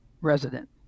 resident